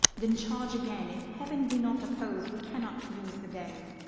then charge again if heaven be not opposed, we cannot lose the day.